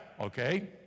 okay